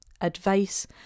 advice